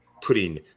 putting